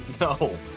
No